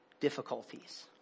difficulties